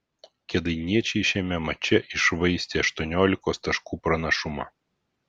kėdainiečiai šiame mače iššvaistė aštuoniolikos taškų pranašumą